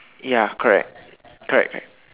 ya correct correct correct